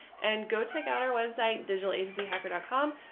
and go check out our website, digital agency hacker. dot com,